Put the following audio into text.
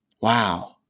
Wow